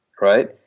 right